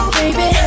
baby